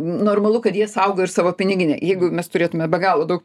normalu kad jie saugo ir savo piniginę jeigu mes turėtume be galo daug